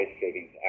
savings